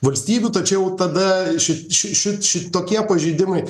valstybių tačiau tada ši ši ši šitokie pažeidimai